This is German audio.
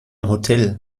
hotel